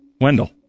Wendell